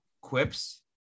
quips